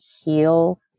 heal